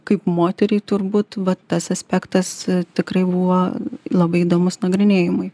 kaip moteriai turbūt va tas aspektas tikrai buvo labai įdomus nagrinėjimui